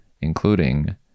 including